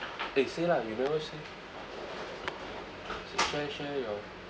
eh say lah you never say share share your